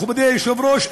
מכובדי היושב-ראש,